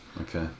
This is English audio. Okay